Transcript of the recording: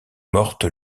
morte